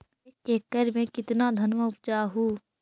एक एकड़ मे कितना धनमा उपजा हू?